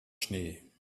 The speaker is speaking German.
schnee